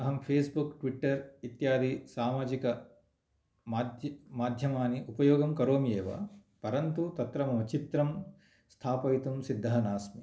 अहं Facebook Twitter इत्यादि सामाजिकमाध्य माध्यमानि उपयोगं करोमि एव परन्तु तत्र मम चित्रं स्थापयितुं सिद्धः नास्मि